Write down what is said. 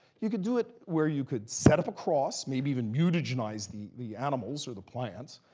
you could do it where you could set up a cross, maybe even mutagenize the the animals or the plants,